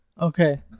Okay